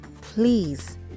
please